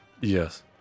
Yes